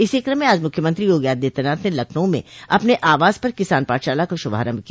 इसी कम में आज मुख्यमंत्री योगी आदित्यनाथ ने लखनऊ में अपने आवास पर किसान पाठशाला का शुभारम्भ किया